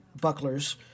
bucklers